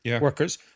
workers